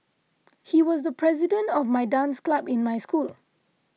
he was the president of my dance club in my school